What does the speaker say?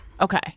okay